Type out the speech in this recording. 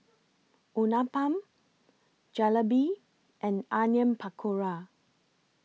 Uthapam Jalebi and Onion Pakora